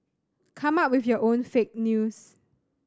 come up with your own fake news